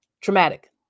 traumatic